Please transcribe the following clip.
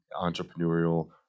entrepreneurial